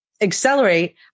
Accelerate